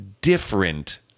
different